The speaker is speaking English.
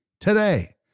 today